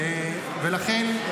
לכן,